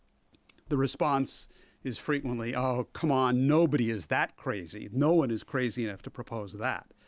the response is frequently, on, come on! nobody is that crazy! no one is crazy enough to propose that!